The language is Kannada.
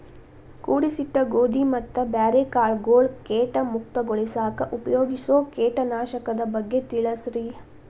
ಕೂಡಿಸಿಟ್ಟ ಗೋಧಿ ಮತ್ತ ಬ್ಯಾರೆ ಕಾಳಗೊಳ್ ಕೇಟ ಮುಕ್ತಗೋಳಿಸಾಕ್ ಉಪಯೋಗಿಸೋ ಕೇಟನಾಶಕದ ಬಗ್ಗೆ ತಿಳಸ್ರಿ